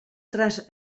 traç